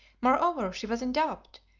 moreover, she was in doubt,